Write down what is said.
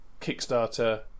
Kickstarter